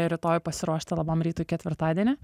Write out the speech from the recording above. rytoj pasiruošti labam rytui ketvirtadienį